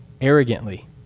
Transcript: arrogantly